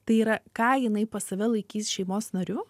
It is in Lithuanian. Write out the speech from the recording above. tai yra ką jinai pas save laikys šeimos nariu